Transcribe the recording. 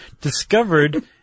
discovered